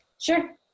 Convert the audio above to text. sure